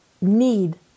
need